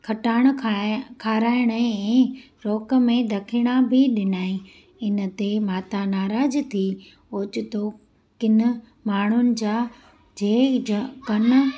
खटाइण खा खारइण ऐं रोक में ॾखिणा बि ॾिनई इनते माता नाराज़ थी ओचतो किनि माण्हुनि जा जेल जा